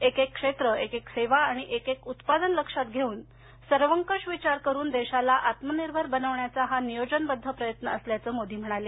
एकेक क्षेत्र एकेक सेवा आणि एकेक उत्पादन लक्षात घेऊन सर्वंकष विचार करून देशाला आत्मनिर्भर बनविण्याचा हा नियोजनबद्ध प्रयत्न असल्याच मोदी म्हणाले